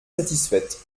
satisfaite